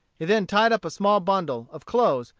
he then tied up a small bundle of clothes,